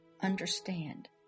understand